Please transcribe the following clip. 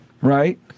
right